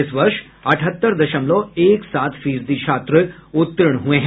इस वर्ष अठहत्तर दशमलव एक सात फीसदी छात्र उत्तीर्ण हुए हैं